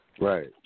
Right